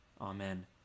Amen